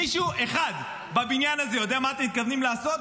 מישהו אחד בבניין הזה יודע מה אתם מתכוונים לעשות?